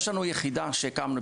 יש לנו יחידה שהקמנו,